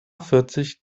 vierzig